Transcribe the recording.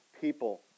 people